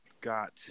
got